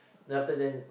then after then